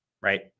Right